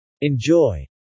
Enjoy